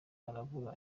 arabura